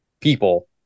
people